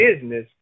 business